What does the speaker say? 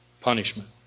punishment